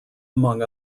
among